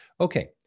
Okay